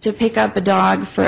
to pick up a dog for